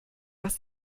was